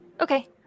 Okay